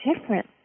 different